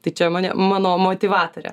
tai čia mane mano motyvatorė